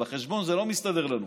בחשבון זה לא מסתדר לנו.